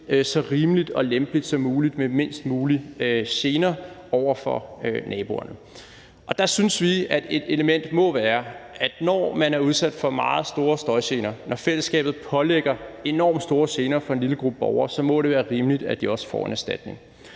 så rimeligt og lempeligt som muligt med færrest mulige gener for naboerne. Der synes vi, at det, når man er udsat for meget store støjgener, og når fællesskabet pålægger enormt store gener for en lille gruppe borgere, må være rimeligt, at man også får en erstatning.